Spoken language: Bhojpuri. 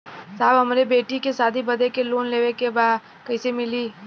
साहब हमरे बेटी के शादी बदे के लोन लेवे के बा कइसे मिलि?